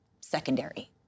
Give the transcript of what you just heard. secondary